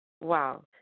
Wow